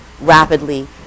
rapidly